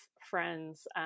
friends